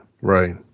right